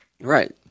Right